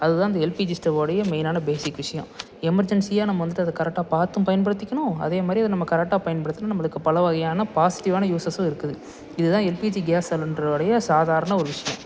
அதுதான் அந்த எல்பிஜி ஸ்டவுடைய மெயினான பேசிக் விஷயம் எமர்ஜென்சியாக நம்ம வந்துட்டு அதை கரெக்டாக பார்த்தும் பயன்படுத்திக்கணும் அதே மாதிரி அது நம்ம கரெக்டாக பயன்படுத்தினா நம்மளுக்கு பல வகையான பாசிட்டிவ்வான யூஸஸ்சும் இருக்குது இதுதான் எல்பிஜி கேஸ் சிலிண்ட்ருடைய சாதாரண ஒரு விஷயம்